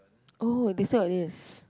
oh they still got this